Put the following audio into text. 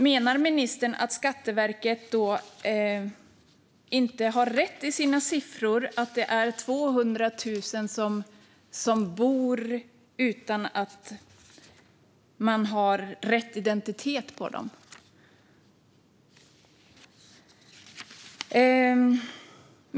Menar ministern att Skatteverket då inte har rätt siffror, att det är 200 000 som bor här utan att man har rätt uppgift om deras identitet?